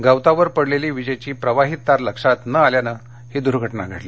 गवतावर पडलेली विजेची प्रवाहीत तार लक्षात न आल्यानं ही घटना घडली